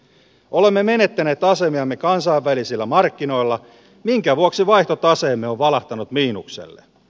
olemme menettäneet asemiamme kansainvälisillä markkinoilla minkä vuoksi vaihtotaseemme on valahtanut miinukselle